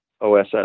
OSS